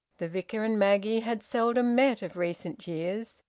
the vicar and maggie had seldom met of recent years,